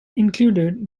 included